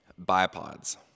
Bipods